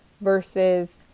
Versus